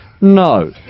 no